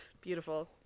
Beautiful